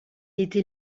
était